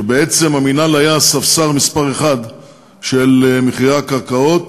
שבעצם המינהל היה הספסר מספר אחת של מחירי הקרקעות,